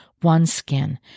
OneSkin